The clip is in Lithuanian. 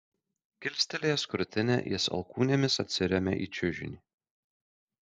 kilstelėjęs krūtinę jis alkūnėmis atsiremia į čiužinį